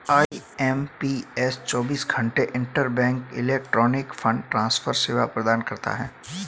IMPS चौबीस घंटे की इंटरबैंक इलेक्ट्रॉनिक फंड ट्रांसफर सेवा प्रदान करता है